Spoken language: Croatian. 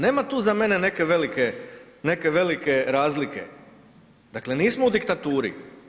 Nema tu za mene neke velike razlike, dakle nismo u diktaturi.